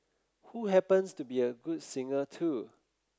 who happens to be a good singer too